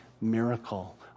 miracle